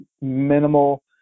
minimal